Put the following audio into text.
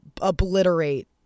obliterate